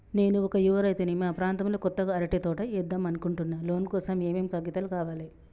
నేను ఒక యువ రైతుని మా ప్రాంతంలో కొత్తగా అరటి తోట ఏద్దం అనుకుంటున్నా లోన్ కోసం ఏం ఏం కాగితాలు కావాలే?